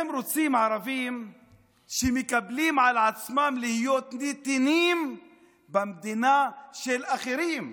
הם רוצים ערבים שמקבלים על עצמם להיות נתינים במדינה של אחרים,